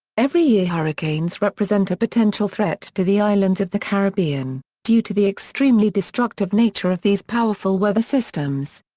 every year hurricanes represent a potential threat to the islands of the caribbean, due to the extremely destructive nature of these powerful weather systems.